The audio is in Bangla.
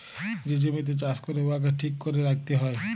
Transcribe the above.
যে জমিতে চাষ ক্যরে উয়াকে ঠিক ক্যরে রাইখতে হ্যয়